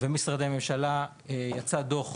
ומשרדי הממשלה יצא דו"ח